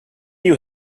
you